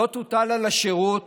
לא תוטל על השירות